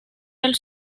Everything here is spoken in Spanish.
del